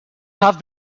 have